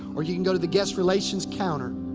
or you can go to the guest relations counter.